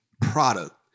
product